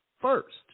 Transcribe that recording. first